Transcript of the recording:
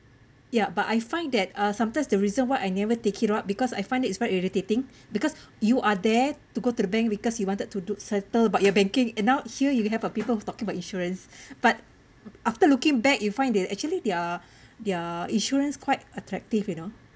ya but I find that uh sometimes the reason why I never take it up because I find it's quite irritating because you are there to go to the bank because you wanted to do settle about your banking and now here you have a people who talking about insurance but after looking back you find it actually their their insurance quite attractive you know